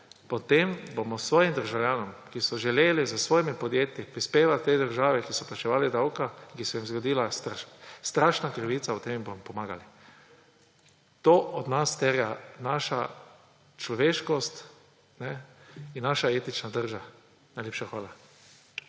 potem bomo svojim državljanom, ki so želeli s svojimi podjetji prispevati tej državi, ki so plačevali davke, ki se jim je zgodila strašna krivica, pomagali. To od nas terja naša človeškost in naša etična drža. Najlepša hvala.